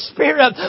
Spirit